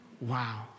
Wow